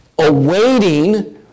awaiting